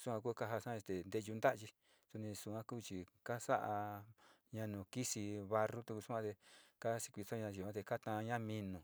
sua ku kajaasa este nteyuu ntayi suni kuchi kasa'a año nukisi de barrutu sua te kaa skuisoña yuate kaataña minu.